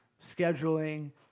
scheduling